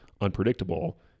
unpredictable